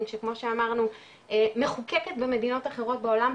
שכמו שאמרנו מחוקקת במדינות אחרות בעולם,